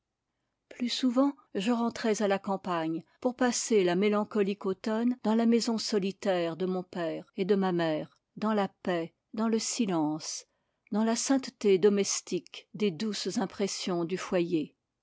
plus souvent je rentrais à la campagne pour passer la mélancolique automne dans la maison solitaire de mon père et de ma mère dans la paix dans le silence dans la sainteté domestique des douces impressions du foyer